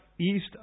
east